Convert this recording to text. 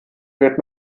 wird